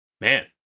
man